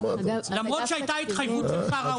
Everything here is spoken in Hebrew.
למרות שהייתה התחייבות של שר האוצר.